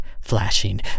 flashing